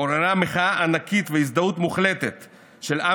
עוררה מחאה ענקית והזדהות מוחלטת של עם